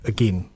Again